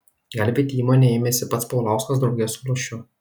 gelbėti įmonę ėmėsi pats paulauskas drauge su lošiu